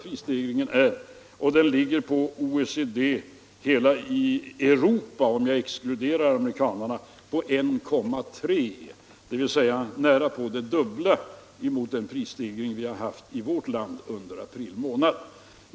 För OECD i hela Europa, om jag exkluderar amerikanarna, ligger siffran på 1,3 96, dvs. nära det dubbla mot den prisstegring vårt land har haft vid en jämförelse för april månads utveckling.